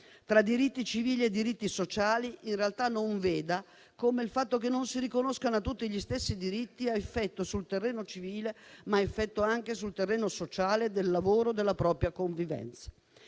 tra diritti civili e diritti sociali in realtà non veda come il fatto che non si riconoscano a tutti gli stessi diritti ha effetti sul terreno civile, ma anche sul terreno sociale, del lavoro e della propria convivenza.